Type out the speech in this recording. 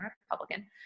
Republican